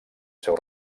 seu